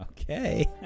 Okay